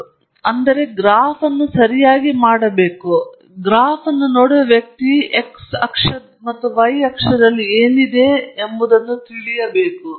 ಆದ್ದರಿಂದ ನೀವು ಇಲ್ಲಿ ನೋಡಿದರೆ ನೀವು ಗ್ರಾಫ್ ಸರಿ ಮಾಡಿದಾಗ ಗ್ರಾಫ್ ಅನ್ನು ನೋಡುತ್ತಿರುವ ವ್ಯಕ್ತಿಯು ನಿಮ್ಮ x ಆಕ್ಸಿಸ್ನಲ್ಲಿ ನೀವು ಯೋಜಿಸುತ್ತಿರುವ ಪ್ರಮಾಣ ಮತ್ತು ನಿಮ್ಮ y ಆಕ್ಸಿಸ್ನಲ್ಲಿ ಏನು ಯೋಜಿಸುತ್ತಿದೆ ಎಂಬುದನ್ನು ಮೊದಲು ತಿಳಿದಿರಬೇಕು